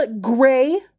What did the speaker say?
gray